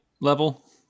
level